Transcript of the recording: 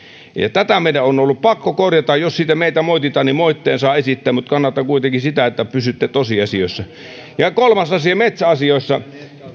tätä meidän on ollut pakko korjata jos siitä meitä moititaan niin moitteen saa esittää mutta kannatan kuitenkin sitä että pysytte tosiasioissa ja kolmas asia metsäasioista